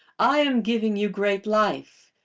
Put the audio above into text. i am giving you great life.